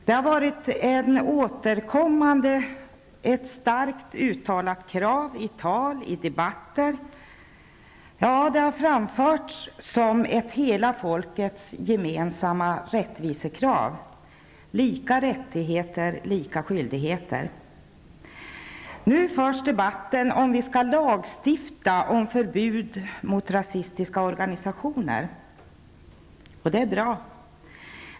Det har varit ett återkommande och starkt uttalat krav i tal och debatter och har framförts som ett hela folkets gemensamma rättvisekrav: Lika rättigheter, lika skyldigheter. Nu förs en debatt i frågan, om vi skall lagstifta om förbud mot rasistiska organisationer, och det är bra.